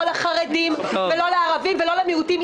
לא לחרדים ולא לערבים ולא למיעוטים.